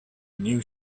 new